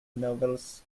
novels